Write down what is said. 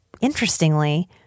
interestingly